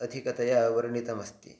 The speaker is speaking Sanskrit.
अधिकतया वर्णितमस्ति